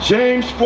James